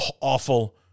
awful